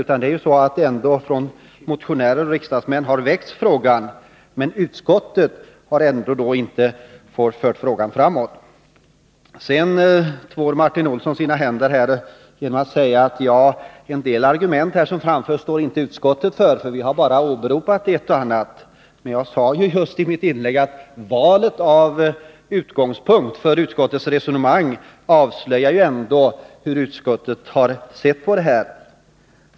Frågan har väckts genom motioner från riksdagsmän, men utskottet har ändå inte fört frågan framåt. Martin Olsson tvår sina händer genom att säga att utskottet inte står för en del av de argument som framförts. Utskottet har bara åberopat ett och annat av dessa. Men jag sade i mitt inlägg att valet av utgångspunkt för utskottets resonemang ändå avslöjar hur utskottet har sett på frågan.